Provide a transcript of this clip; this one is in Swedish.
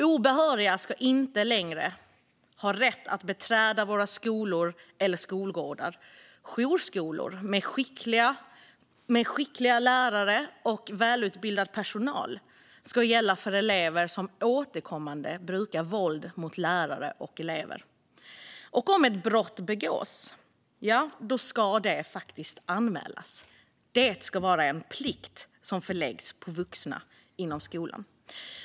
Obehöriga ska inte längre ha rätt att beträda skolor eller skolgårdar. Jourskolor med skickliga lärare och välutbildad personal ska gälla för elever som återkommande brukar våld mot lärare och elever. Om ett brott begås ska det faktiskt anmälas. Det ska vara en plikt som åläggs vuxna inom skolan.